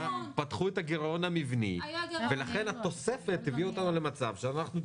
פתחו את הגירעון המבני ולכן התוספת הביאה אותנו למצב שאנחנו,